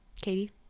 Katie